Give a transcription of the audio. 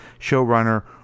showrunner